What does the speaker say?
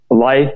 life